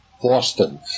Boston